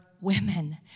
women